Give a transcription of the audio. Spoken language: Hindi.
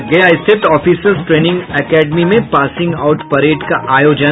और गया स्थित ऑफिसर्स ट्रेनिंग एकेडमी में पासिंग आउट परेड का आयोजन